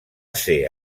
ser